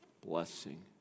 blessing